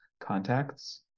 contacts